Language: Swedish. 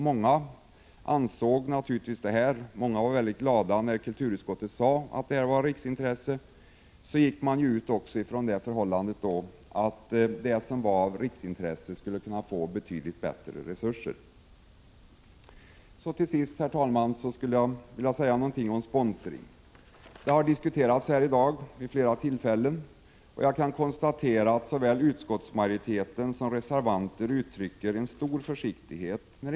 Många var väldigt glada när kulturutskottet sade att det här var ett riksintresse, och man gick då ut från det förhållandet att det som var av riksintresse skulle få betydligt bättre resurser. Till sist, herr talman, skulle jag vilja säga någonting om sponsring. Det är ett ämne som har diskuterats här i dag vid flera tillfällen, och jag kan konstatera att såväl utskottsmajoritet som reservanter uttrycker stor försiktighet.